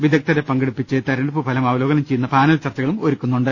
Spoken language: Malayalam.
വിദഗ്ദ്ധരെ പങ്കെടുപ്പിച്ച് തെര ഞ്ഞെടുപ്പ് ഫലം അവലോകനം ചെയ്യുന്ന പാനൽ ചർച്ചകളും ഒരുക്കുന്നുണ്ട്